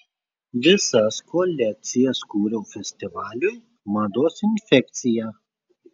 visas kolekcijas kūriau festivaliui mados infekcija